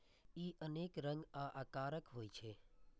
ई अनेक रंग आ आकारक होइ छै